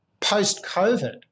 Post-COVID